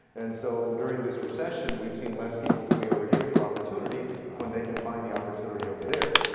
and so during this recession we've seen less people coming over here for opportunity when they can find the opportunity over there.